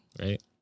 right